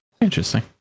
interesting